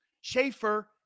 Schaefer